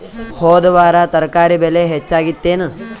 ಹೊದ ವಾರ ತರಕಾರಿ ಬೆಲೆ ಹೆಚ್ಚಾಗಿತ್ತೇನ?